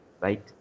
right